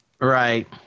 Right